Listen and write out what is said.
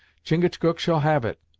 chingachgook shall have it,